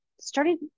Started